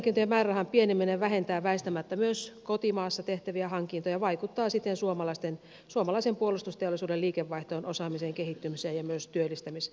materiaalihankintojen määrärahan pieneneminen vähentää väistämättä myös kotimaassa tehtäviä hankintoja ja vaikuttaa siten suomalaisen puolustusteollisuuden liikevaihtoon osaamiseen kehittymiseen ja myös työllistämismahdollisuuksiin